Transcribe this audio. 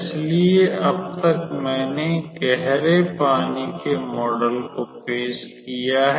इसलिए अब तक मैंने गहरे पानी के मॉडल को पेश किया है